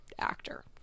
actor